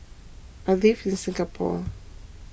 I live in Singapore